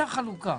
אותה חלוקה.